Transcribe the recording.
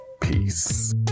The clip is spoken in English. Peace